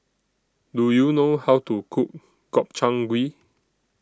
Do YOU know How to Cook Gobchang Gui